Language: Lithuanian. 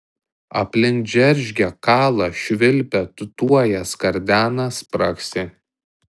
aplink džeržgia kala švilpia tūtuoja skardena spragsi